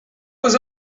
was